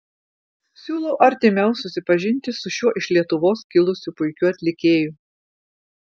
siūlau artimiau susipažinti su šiuo iš lietuvos kilusiu puikiu atlikėju